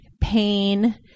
pain